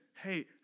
hey